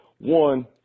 One